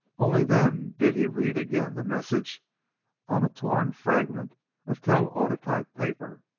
only then did he read again the message on a torn fragment of telautotype paper.